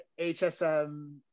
HSM